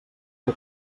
que